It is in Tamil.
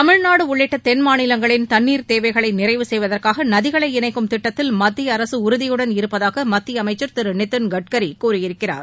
தமிழ்நாடு உள்ளிட்ட தென் மாநிலங்களின் தண்ணீர் தேவைகளை நிறைவு செய்வதற்காக நதிகளை இணைக்கும் திட்டத்தில் மத்திய அரசு உறுதியுடன் இருப்பதாக மத்திய அமைச்சர் திரு நிதின் கட்கரி கூறியிருக்கிறார்